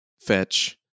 fetch